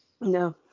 No